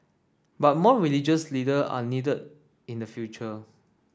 but more religious leader are needed in the future